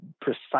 precise